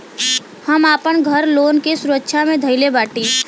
हम आपन घर लोन के सुरक्षा मे धईले बाटी